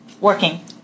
working